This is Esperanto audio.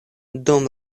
dum